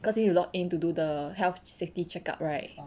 cause you need to log in to do the health safety check up right